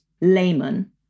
layman